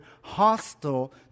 hostile